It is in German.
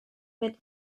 mit